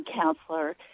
counselor